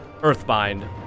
Earthbind